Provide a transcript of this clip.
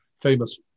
famous